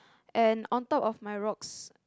and on top of my rocks